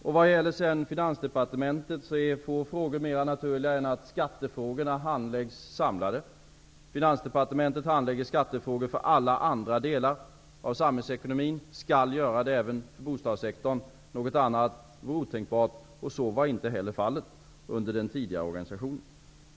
Vad det gäller Finansdepartementet är få saker mera naturliga än att skattefrågorna handläggs samlade. Finansdepartementet handlägger skattefrågor för alla delar av samhällsekonomin, och det skall göra det även för bostadssektorn. Något annat vore otänkbart, och så var inte heller fallet under den tidigare organisationen.